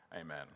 amen